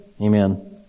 Amen